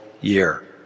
year